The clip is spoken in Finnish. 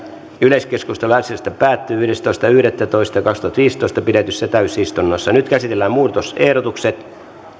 yleiskeskustelu asiasta päättyi yhdestoista yhdettätoista kaksituhattaviisitoista pidetyssä täysistunnossa nyt käsitellään muutosehdotukset